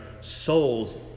souls